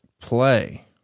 play